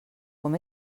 com